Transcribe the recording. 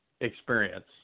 experience